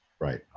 Right